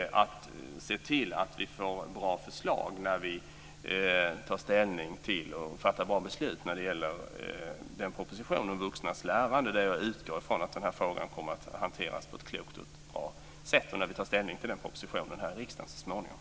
Vi ska se till att vi får bra förslag och fattar bra beslut när vi här i riksdagen så småningom tar ställning till propositionen om vuxnas lärande, där jag utgår från att denna fråga kommer att hanteras på ett klokt och bra sätt.